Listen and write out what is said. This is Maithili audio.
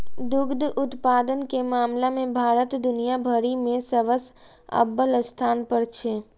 दुग्ध उत्पादन के मामला मे भारत दुनिया भरि मे सबसं अव्वल स्थान पर छै